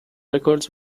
records